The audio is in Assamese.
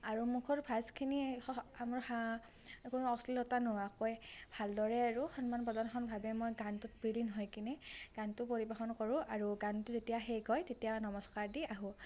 আৰু মুখৰ ভাজখিনি আমাৰ কোনো অশ্লীলতা নোহোৱাকৈ ভালদৰে আৰু সন্মান প্ৰদৰ্শনভাৱে মই গানটোত বিলীন হৈ কিনি গানটো পৰিৱেশন কৰোঁ আৰু গানটো যেতিয়া শেষ হয় তেতিয়া নমস্কাৰ দি আহোঁ